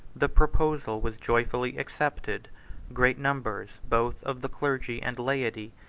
the proposal was joyfully accepted great numbers, both of the clergy and laity,